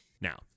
Now